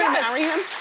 marry him?